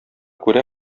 күрә